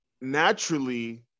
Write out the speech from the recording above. naturally